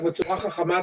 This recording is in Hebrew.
רק בצורה חכמה,